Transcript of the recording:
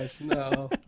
no